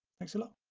thanks a lot